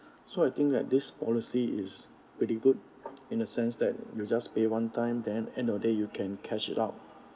so I think that this policy is pretty good in a sense that you just pay one time then end of day you can cash it out